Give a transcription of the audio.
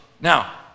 Now